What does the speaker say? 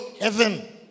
heaven